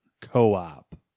Co-op